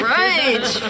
right